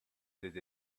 did